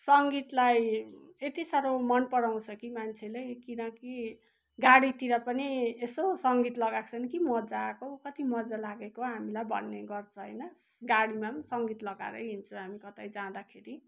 सङ्गीतलाई यति साह्रो मन पराउँछ कि मान्छेले किनकि गाडीतिर पनि यसो सङ्गीत लगाएको छ भने के मजा आएको कति मजा लागेको हामीलाई भन्ने गर्छ होइन गाडीमा पनि सङ्गीत लगाएरै हिँड्छ हामी कतै जाँदाखेरि